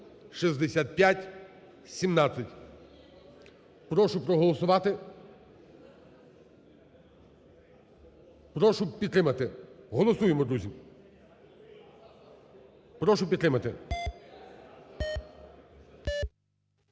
Прошу проголосувати, прошу підтримати. Голосуємо, колеги. Прошу підтримати.